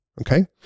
okay